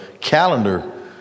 calendar